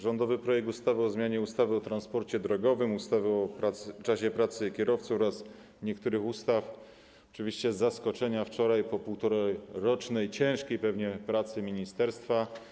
Rządowy projekt ustawy o zmianie ustawy o transporcie drogowym, ustawy o czasie pracy kierowców oraz niektórych ustaw - oczywiście z zaskoczenia, wczoraj, po półtorarocznej pewnie ciężkiej pracy ministerstwa.